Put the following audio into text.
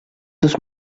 dos